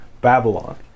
Babylon